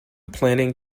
planning